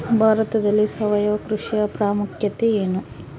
ಭಾರತದಲ್ಲಿ ಸಾವಯವ ಕೃಷಿಯ ಪ್ರಾಮುಖ್ಯತೆ ಎನು?